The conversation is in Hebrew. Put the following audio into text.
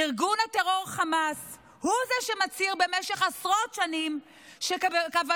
ארגון הטרור חמאס הוא זה שמצהיר במשך עשרות שנים שבכוונתו